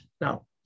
Now